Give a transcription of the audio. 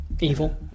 evil